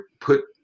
put